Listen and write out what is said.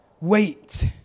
Wait